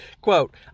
Quote